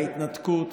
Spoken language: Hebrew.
ההתנתקות